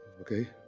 okay